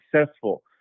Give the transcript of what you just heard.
successful